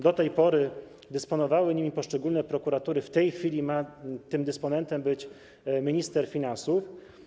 Do tej pory dysponowały nimi poszczególne prokuratury, w tej chwili ma tym dysponentem być minister finansów.